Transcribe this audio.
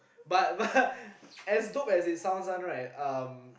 but but as dope as it sounds [one] right um